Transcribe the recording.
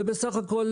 ובסך הכול,